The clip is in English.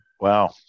Wow